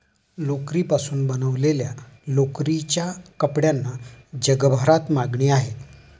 लोकरीपासून बनवलेल्या लोकरीच्या कपड्यांना जगभरात मागणी आहे